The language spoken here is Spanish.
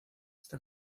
esta